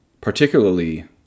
particularly